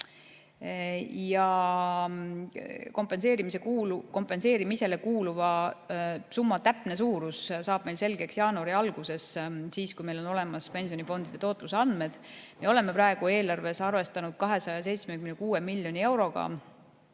Kompenseerimisele kuuluva summa täpne suurus saab meil selgeks jaanuari alguses, siis kui meil on olemas pensionifondide tootluse andmed. Oleme praegu eelarves arvestanud 276 miljoni euroga,